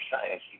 science